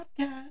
podcast